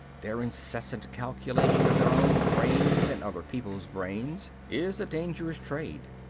their incessant calculation of their own brains and other people's brains is a dangerous trade.